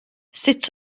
sut